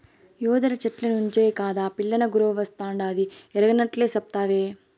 యెదురు చెట్ల నుంచే కాదా పిల్లనగ్రోవస్తాండాది ఎరగనట్లే సెప్తావే